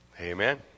Amen